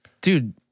Dude